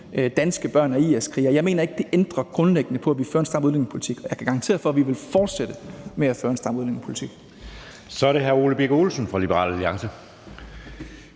danske børn af IS-krigere, ændrer grundlæggende på, at vi fører en stram udlændingepolitik, og jeg kan garantere for, at vi vil fortsætte med at føre en stram udlændingepolitik. Kl. 10:22 Anden næstformand